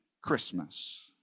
Christmas